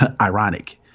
ironic